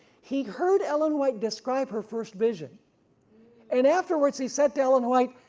he heard ellen white described her first vision and afterwards he said to ellen white,